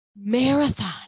marathon